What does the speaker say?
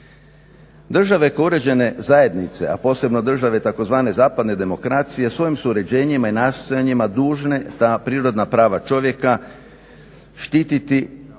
Države kao uređene zajednice, a posebno države tzv. zapadne demokracije svojim su uređenjima i nastojanjima dužne ta prirodna prava čovjeka štititi